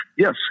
Yes